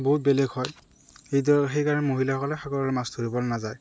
বহুত বেলেগ হয় এইদ সেইকাৰণে মহিলাসকলে সাগৰৰ মাছ ধৰিবলৈ নাযায়